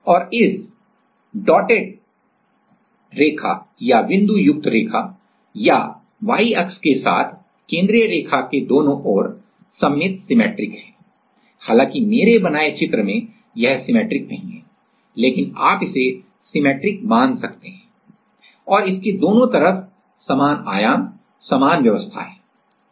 और इस बिंदुयुक्त रेखा या Y अक्ष के साथ केंद्रीय रेखा के दोनों ओर सममित हैं हालांकि मेरे बनाए चित्र में यह सममित नहीं है लेकिन आप इसे सममित मान सकते हैं और इसके दोनों तरफ समान आयाम समान व्यवस्था है